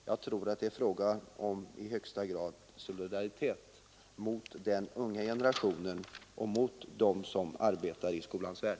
Det är i högsta grad fråga om solidaritet med den unga generationen och med dem som arbetar i skolans värld.